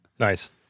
Nice